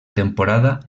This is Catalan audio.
temporada